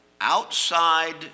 outside